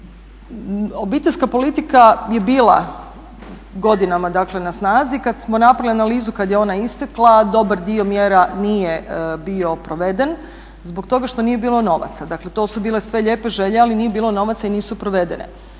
Obiteljska politika je bila godinama dakle na snazi, kada smo napravili analizu kada je ona istekla, dobar dio mjera nije bio proveden zbog toga što nije bilo novaca. Dakle to su bile sve lijepe želje ali nije bilo novaca i nisu provedene.